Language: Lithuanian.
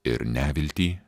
ir neviltį